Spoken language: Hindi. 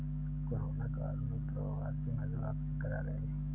कोरोना काल में प्रवासी मजदूर वापसी कर गए